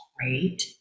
great